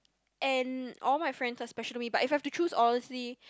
and all my friend that specially but if I have to choose honestly